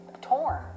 torn